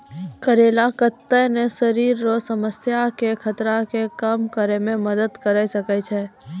करेला कत्ते ने शरीर रो समस्या के खतरा के कम करै मे मदद करी सकै छै